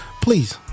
please